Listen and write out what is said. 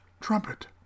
Trumpet